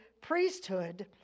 priesthood